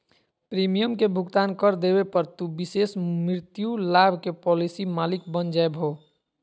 premium के भुगतान कर देवे पर, तू विशेष मृत्यु लाभ के पॉलिसी मालिक बन जैभो